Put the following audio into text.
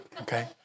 Okay